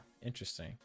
interesting